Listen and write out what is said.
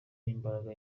n’imbaraga